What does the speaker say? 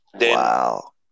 Wow